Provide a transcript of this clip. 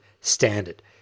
standard